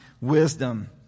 wisdom